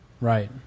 Right